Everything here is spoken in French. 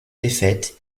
défaite